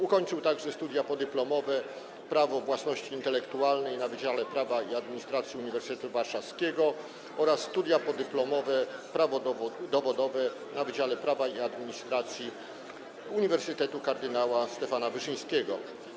Ukończył także studia podyplomowe w zakresie prawa własności intelektualnej na Wydziale Prawa i Administracji Uniwersytetu Warszawskiego oraz studia podyplomowe w zakresie prawa dowodowego na Wydziale Prawa i Administracji Uniwersytetu Kardynała Stefana Wyszyńskiego.